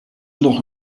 nog